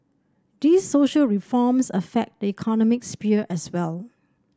these social reforms affect the economic sphere as well